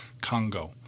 Congo